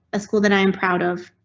a school that i'm proud of.